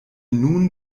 nun